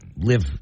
live